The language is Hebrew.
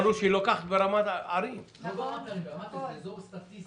אנחנו יודעים מניסיונות עבר שלא תמיד זה עובד כמו שצריך.